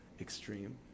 extreme